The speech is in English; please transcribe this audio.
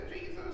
Jesus